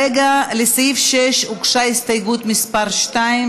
לסעיף 6 הוגשה הסתייגות מס' 2,